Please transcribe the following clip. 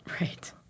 Right